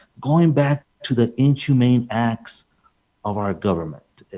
going back to the in humane acts of our government.